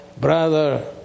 brother